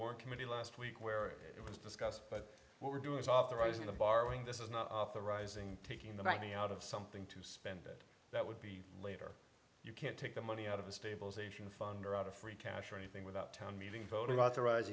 war committee last week where it was discussed but what we're doing is authorizing the borrowing this is not authorizing taking the money out of something to spend it that would be later you can't take the money out of the stabilization fund or out of free cash or anything without town meeting voters authoriz